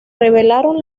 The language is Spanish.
revelaron